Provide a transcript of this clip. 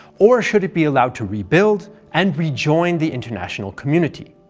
or should it be allowed to rebuild and rejoin the international community?